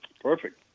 perfect